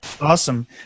Awesome